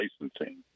Licensing